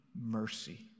mercy